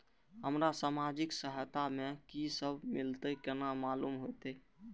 हमरा सामाजिक सहायता में की सब मिलते केना मालूम होते?